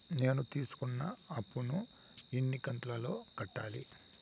నేను తీసుకున్న అప్పు ను ఎన్ని కంతులలో కట్టాలి?